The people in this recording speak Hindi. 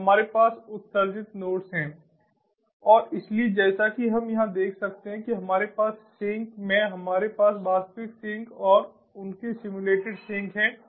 और हमारे पास उत्सर्जित नोड्स हैं और इसलिए जैसा कि हम यहाँ देख सकते हैं कि हमारे पास सिंक में हमारे पास वास्तविक सिंक और उनके सिम्युलेटेड सिंक हैं